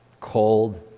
cold